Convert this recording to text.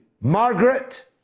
Margaret